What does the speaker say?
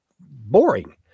boring